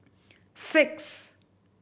six